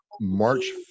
March